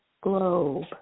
globe